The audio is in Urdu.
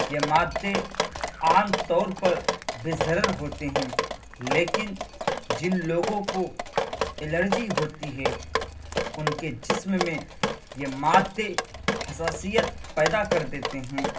یہ مادے عام طور پر بےضرر ہوتے ہیں لیکن جن لوگوں کو الرجی ہوتی ہے ان کے جسم میں یہ مادے حساسیت پیدا کر دیتے ہیں